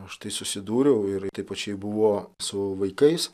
aš tai susidūriau ir taip pačiai buvo su vaikais